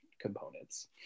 components